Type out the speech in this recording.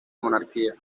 monarquía